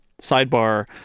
sidebar